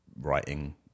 writing